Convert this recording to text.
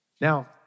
Now